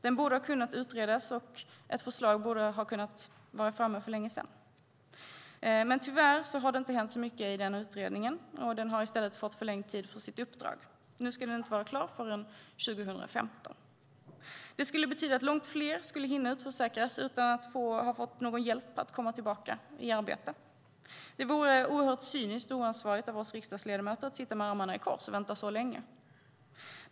Den borde ha kunnat utredas och ett förslag vara framme för länge sen, men tyvärr har det inte hänt så mycket i utredningen. Den har i stället fått förlängd tid för sitt uppdrag. Nu ska den inte vara klar förrän 2015. Det skulle betyda att långt fler skulle hinna utförsäkras utan att ha fått någon hjälp att komma tillbaka i arbete. Det vore oerhört cyniskt och oansvarigt av oss riksdagsledamöter att sitta med armarna i kors och vänta så länge.